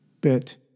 bit